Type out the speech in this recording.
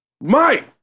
Mike